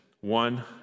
one